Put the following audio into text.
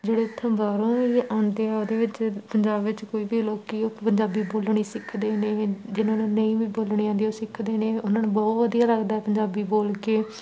ਜਿਹੜੇ ਇੱਥੇ ਬਾਹਰੋਂ ਆਉਂਦੇ ਆ ਉਹਦੇ ਵਿੱਚ ਪੰਜਾਬ ਵਿੱਚ ਕੋਈ ਵੀ ਲੋਕ ਉਹ ਪੰਜਾਬੀ ਬੋਲਣੀ ਸਿੱਖਦੇ ਨੇ ਜਿਹਨਾਂ ਨੂੰ ਨਹੀਂ ਵੀ ਬੋਲਣੀ ਆਉਂਦੀ ਉਹ ਸਿੱਖਦੇ ਨੇ ਉਹਨਾਂ ਨੂੰ ਬਹੁਤ ਵਧੀਆ ਲੱਗਦਾ ਪੰਜਾਬੀ ਬੋਲ ਕੇ